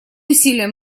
усилия